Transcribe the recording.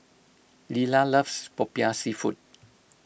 Lelah loves Popiah Seafood